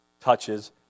touches